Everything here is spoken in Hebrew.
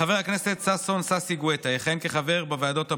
חבר הכנסת ששון ששי גואטה יכהן כחבר בוועדות הבאות: